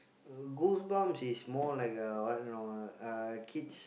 Goosebumps is more like a what you know uh kids